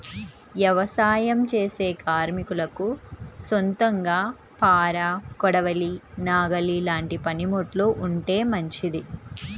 యవసాయం చేసే కార్మికులకు సొంతంగా పార, కొడవలి, నాగలి లాంటి పనిముట్లు ఉంటే మంచిది